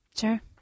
Sure